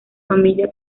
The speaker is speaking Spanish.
familia